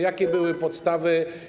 Jakie były podstawy?